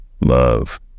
Love